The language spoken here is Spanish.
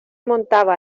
montaba